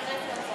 להצטרף להצעת,